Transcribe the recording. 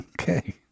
okay